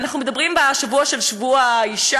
אנחנו מדברים בשבוע של יום האישה,